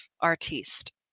artiste